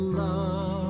love